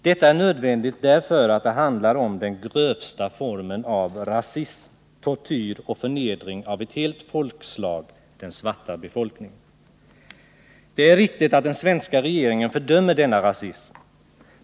Det är nödvändigt därför att det handlar om den grövsta formen av rasism, tortyr och förnedring av ett helt folkslag, den svarta befolkningen. Det är riktigt att den svenska regeringen fördömer denna rasism.